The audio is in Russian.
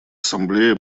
ассамблея